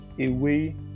away